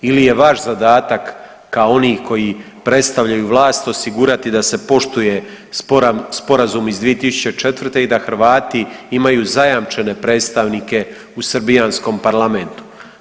Ili je vaš zadatak kao onih koji predstavljaju vlast osigurati da se poštuje Sporazum iz 2004. i da Hrvati imaju zajamčene predstavnike u srbijanskom parlamentu.